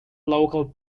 local